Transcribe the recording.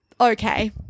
Okay